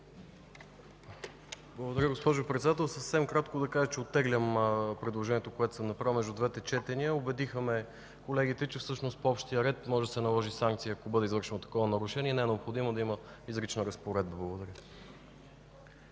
Благодаря, госпожо Председател. Съвсем кратко да кажа, че оттеглям предложението, което съм направил между двете четения. Колегите ме убедиха, че по общия ред може да се наложи санкция, ако бъде извършено такова нарушение, че не е необходимо да има изрична разпоредба. Благодаря.